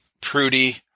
Prudy